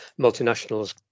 multinationals